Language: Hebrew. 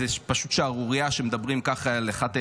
זו פשוט שערורייה שמדברים ככה אל אחת הידידות,